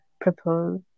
propose